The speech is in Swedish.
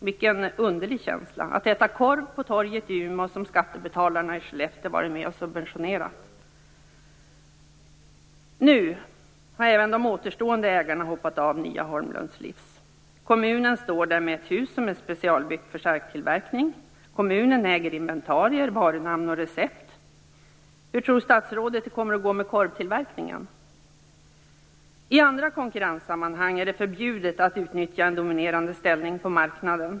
Vilken underlig känsla att äta korv på torget i Umeå som skattebetalarna i Skellefteå varit med och subventionerat. Nu har även de återstående ägarna hoppat av Nya Holmlunds Livs. Kommunen står där med ett hus som specialbyggt för charktillverkning. Kommunen äger inventarier, varunamn och recept. Hur tror statsrådet att det kommer att gå med korvtillverkningen? I andra konkurrenssammanhang är det förbjudet att utnyttja en dominerande ställning på marknaden.